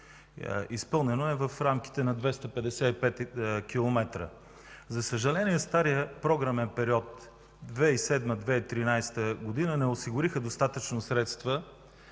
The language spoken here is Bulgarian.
изпълнено, е в рамките на 255 км. За съжаление стария програмен период 2007 - 2013 г. не осигуриха достатъчно средства